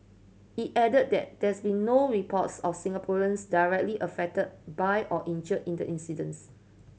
it added that there's no reports of Singaporeans directly affected by or injured in the incidents